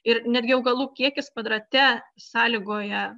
ir netgi augalų kiekis kvadrate sąlygoja